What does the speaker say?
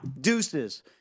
Deuces